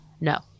No